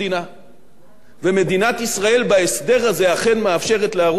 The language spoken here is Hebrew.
ומדינת ישראל בהסדר הזה אכן מאפשרת לערוץ-10 להמשיך לפעול,